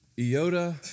iota